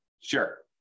Sure